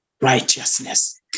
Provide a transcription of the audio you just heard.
righteousness